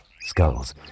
Skulls